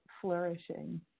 flourishing